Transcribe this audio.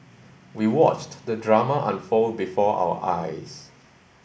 we watched the drama unfold before our eyes